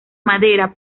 madera